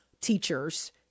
teachers